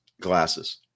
glasses